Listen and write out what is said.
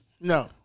No